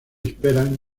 esperan